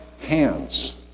hands